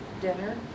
dinner